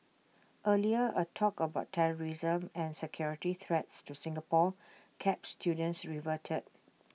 earlier A talk about terrorism and security threats to Singapore keeps students riveted